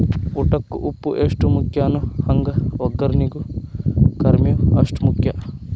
ಊಟಕ್ಕ ಉಪ್ಪು ಎಷ್ಟ ಮುಖ್ಯಾನೋ ಹಂಗ ವಗ್ಗರ್ನಿಗೂ ಕರ್ಮೇವ್ ಅಷ್ಟ ಮುಖ್ಯ